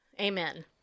Amen